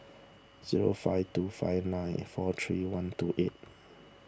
zero five two four nine four three one two eight